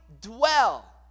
dwell